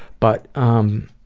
but um,